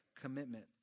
commitment